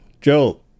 Joe